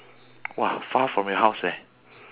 !wah! far from your house eh